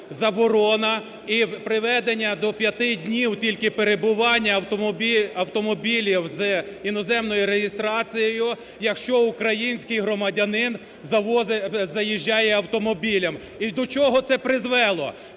заборона і приведення до 5 днів тільки перебування автомобілів з іноземною реєстрацією, якщо український громадянин заїжджає автомобілем. І до чого це призвело?